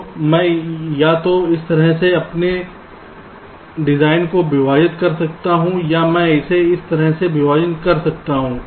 तो मैं या तो इस तरह से अपने डिजाइन को विभाजित कर सकता हूं या मैं इसे इस तरह से विभाजन कर सकता हूं